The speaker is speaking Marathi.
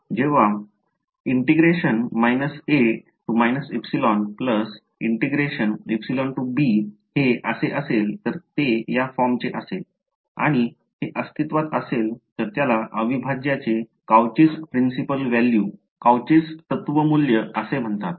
जेव्हा हे असे असेल तर ते या फॉर्मचे असेल आणि हे अस्तित्त्वात असेल तर त्याला अविभाज्यचे Cauchy Principle value तत्व मूल्य असे म्हणतात